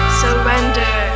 surrender